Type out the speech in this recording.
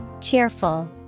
Cheerful